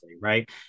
right